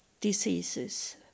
diseases